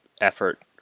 effort